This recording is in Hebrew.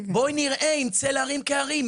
בואו נראה אם צל ההרים כהרים.